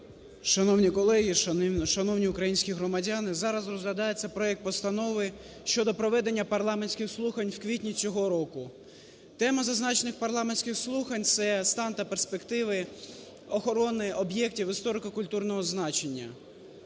Шановні колеги, шановні українські громадяни! Зараз розглядається проект Постанови щодо проведення парламентських слухань в квітні цього року. Тема зазначених парламентських слухань – це "Стан та перспективи охорони об'єктів історико-культурного значення",